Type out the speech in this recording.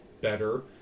better